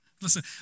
Listen